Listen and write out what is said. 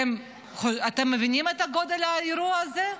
אתם מבינים את גודל האירוע הזה?